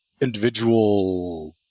individual